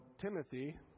Timothy